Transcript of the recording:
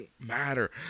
matter